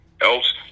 Else